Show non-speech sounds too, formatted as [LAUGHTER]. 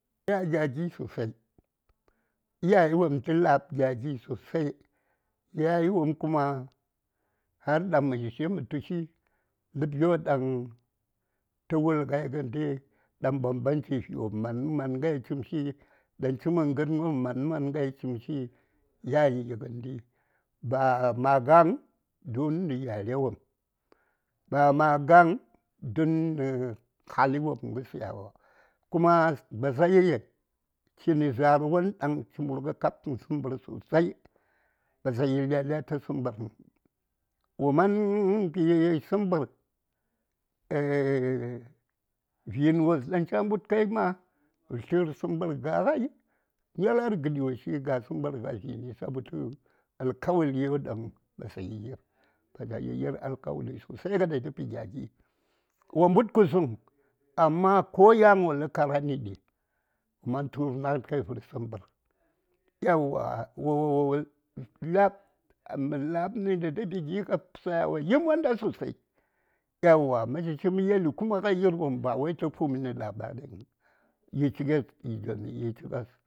﻿ [UNINTELLIGIBLE] iyayi wopm tə la:b gya gi sosai yayu wopm kuma har daŋ mə shishi mə tushi ləb yo daŋ tə wul ŋai gəndi daŋ bambanchi vi wopm manda manŋai chimshi daŋ chiŋən gənwopm manda man ŋai chimshi ya yiwu ba ma ga:ŋ don nə yare wopm ba ma ga:ŋ don nə hali wopm gə sayawa kuma basayi chinə zar won daŋ nə murgə kab kən səmbər sosai basayi yi lyalya tə səmbərəŋ wo man mbi səmbər [HESITATION] vin wos daŋ cha mbutkai wo tlər səmbər ga ŋai nyalar gəɗi woshi ga səmbər ŋa:i ɗa vini sabotə alkawari won ɗaŋ basayi yir basayi yir alkawari sosai a datəpi gya gi wo mbut kusuŋ amma ko yan wosəŋ kara nəɗi man tur naŋat kai vər səmbər aeywa wo lab mə tayi lab nə datəpi gi kab sayawa yi monda sosai aeywa mə shihi mə yeli tə yir wom ba wai tə fuminəŋ yi chikes yi jomi yi chikes.